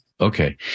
Okay